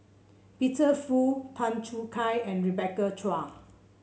Peter Fu Tan Choo Kai and Rebecca Chua